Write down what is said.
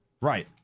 right